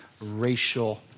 racial